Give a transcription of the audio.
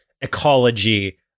ecology